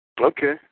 Okay